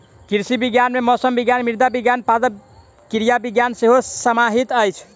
कृषि विज्ञान मे मौसम विज्ञान, मृदा विज्ञान, पादप क्रिया विज्ञान सेहो समाहित अछि